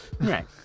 Right